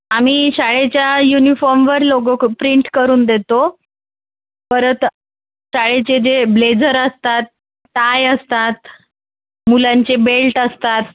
आम्ही शाळेच्या युनिफॉर्मवर लोगो प्रिंट करून देतो परत शाळेचे जे ब्लेझर असतात टाय असतात मुलांचे बेल्ट असतात